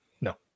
No